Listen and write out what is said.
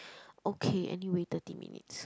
okay anyway thirty minutes